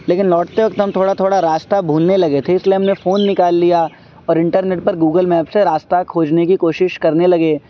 لیکن لوٹتے وقت ہم تھوڑا تھوڑا راستہ بھولنے لگے تھے اس لیے ہم نے فون نکال لیا اور انٹرنیٹ پر گوگل میپ سے راستہ کھوجنے کی کوشش کرنے لگے